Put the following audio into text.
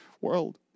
world